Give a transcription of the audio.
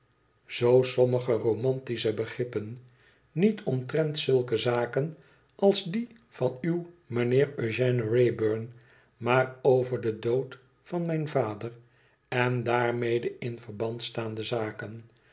zoo sommige romantische begrippen niet omtrent zulke zaken als die van uw meneer eugène wraybum maar over den dood van mijn vader en daarmede in verband staande zaken